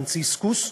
פרנציסקוס,